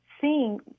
seeing